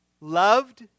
loved